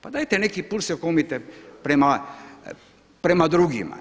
Pa dajte neki put se okomite prema drugima.